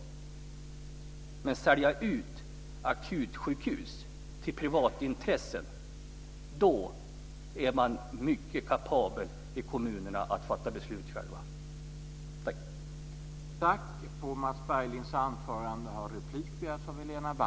Men när det gäller att sälja ut akutsjukhus till privata intressen - då är man mycket kapabla att fatta beslut själva i kommunerna.